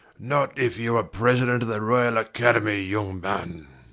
not if you were president of the royal academy, young man.